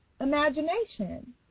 imagination